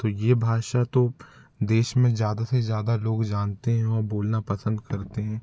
तो ये भाषा तो देश में ज़्यादा से ज़्यादा लोग जानते हैं व बोलना पसंद करते हैं